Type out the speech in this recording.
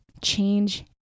change